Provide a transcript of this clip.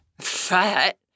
fat